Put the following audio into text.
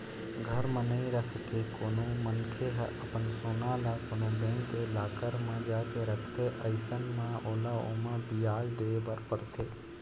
घर म नइ रखके कोनो मनखे ह अपन सोना ल कोनो बेंक के लॉकर म जाके रखथे अइसन म ओला ओमा बियाज दे बर परथे